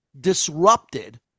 disrupted